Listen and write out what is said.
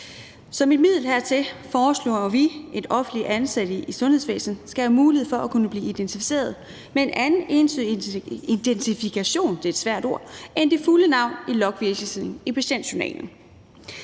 som et middel hertil foreslår vi, at offentligt ansatte i sundhedsvæsenet skal have mulighed for at kunne blive identificeret med en anden entydig identifikation end det fulde navn i logningsvisningen i patientjournalen.